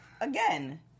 again